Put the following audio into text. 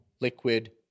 Liquid